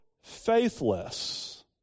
faithless